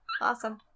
Awesome